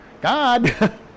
God